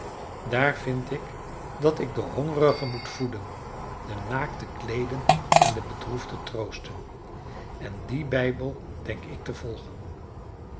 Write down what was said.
daar vind ik dat ik de hongerigen moet voeden de naakten kleeden en de bedroefden troosten en dien bijbel denk ik te volgen